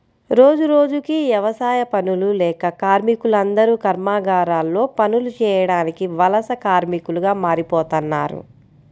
రోజురోజుకీ యవసాయ పనులు లేక కార్మికులందరూ కర్మాగారాల్లో పనులు చేయడానికి వలస కార్మికులుగా మారిపోతన్నారు